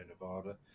Nevada